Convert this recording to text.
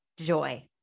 joy